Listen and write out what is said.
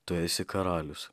tu esi karalius